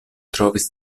trovis